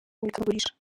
imurikagurisha